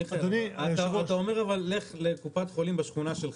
מיכאל, אבל אתה אומר לך לקופת חולים בשכונה שלך,